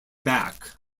back